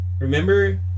Remember